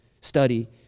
study